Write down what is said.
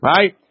Right